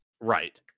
Right